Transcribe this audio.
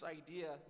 idea